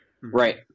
right